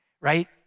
right